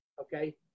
Okay